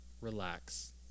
Relax